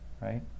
right